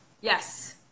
Yes